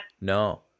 no